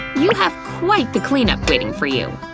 you have quite the clean up waiting for you.